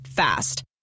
Fast